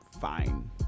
Fine